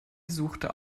suchte